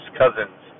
cousins